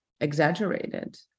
exaggerated